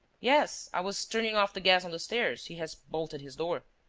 yes, i was turning off the gas on the stairs. he has bolted his door.